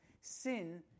Sin